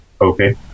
Okay